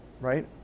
right